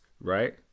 right